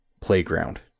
playground